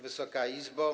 Wysoka Izbo!